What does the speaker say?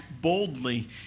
boldly